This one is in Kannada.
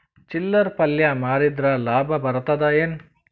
ಚಿಲ್ಲರ್ ಪಲ್ಯ ಮಾರಿದ್ರ ಲಾಭ ಬರತದ ಏನು?